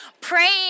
praying